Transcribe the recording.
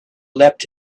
leapt